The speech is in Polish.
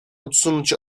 odsunąć